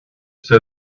say